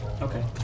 Okay